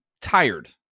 tired